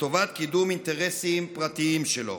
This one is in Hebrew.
לטובת קידום אינטרסים פרטיים שלו.